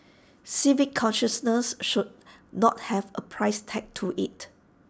civic consciousness should not have A price tag to IT